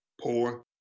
poor